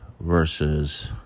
Versus